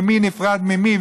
ומי נפרד ממי,